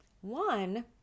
One